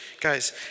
Guys